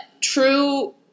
true